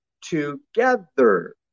together